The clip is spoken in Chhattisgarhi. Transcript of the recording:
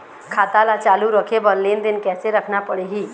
खाता ला चालू रखे बर लेनदेन कैसे रखना पड़ही?